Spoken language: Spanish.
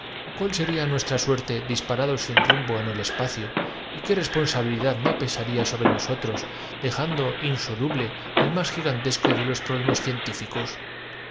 cuál sería nuestra suerte disparados sin rumbo en el vivo que una descarga eléctrica desplumaba mientras espacio y qué responsabilidad no pesaría sobre nos un chispazo lo convertía en comestible siete mil dos otros dejando insoluble el más gigantesco de los pro